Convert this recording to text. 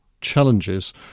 challenges